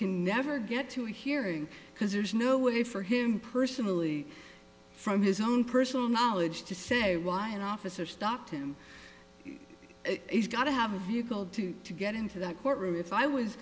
can never get to a hearing because there's no way for him personally from his own personal knowledge to say why an officer stopped him he's got to have a vehicle to to get into that courtroom if i was